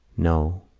no,